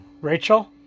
rachel